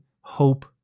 hope